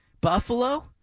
Buffalo